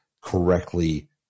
correctly